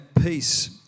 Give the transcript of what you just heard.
peace